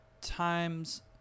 times